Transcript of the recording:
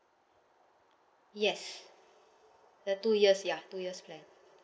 yes the two years ya two years plan